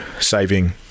saving